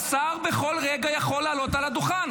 שר בכל רגע יכול לעלות על הדוכן.